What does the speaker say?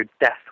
Death